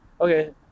Okay